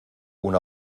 una